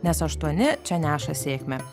nes aštuoni čia neša sėkmę